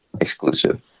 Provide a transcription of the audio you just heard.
exclusive